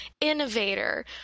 innovator